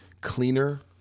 cleaner